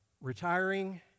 retiring